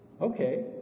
okay